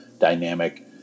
dynamic